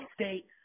State